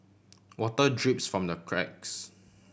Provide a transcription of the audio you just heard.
water drips from the cracks